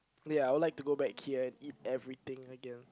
ya I would like to go back here and eat everything again